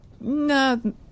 no